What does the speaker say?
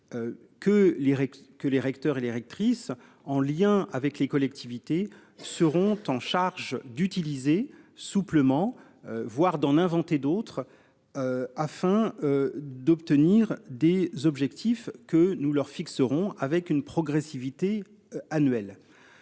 que les recteurs et les lectrices en lien avec les collectivités seront en charge d'utiliser souplement voire d'en inventer d'autres. Afin d'obtenir des objectifs que nous leur fixeront avec une progressivité annuel.